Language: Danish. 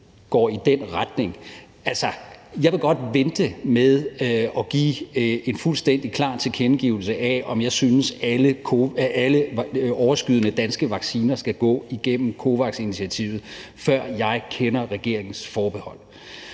gå »i den retning«. Altså, jeg vil godt vente med at give en fuldstændig klar tilkendegivelse af, om jeg synes, at alle overskydende danske vacciner skal gå igennem COVAX-initiativet, til jeg kender regeringens forbehold.